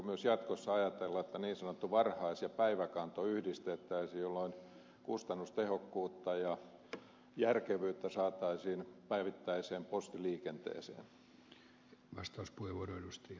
voitaisiinko jatkossa ajatella myös että niin sanottu varhais ja päiväkanto yhdistettäisiin jolloin kustannustehokkuutta ja järkevyyttä saataisiin päivittäiseen postiliikenteeseen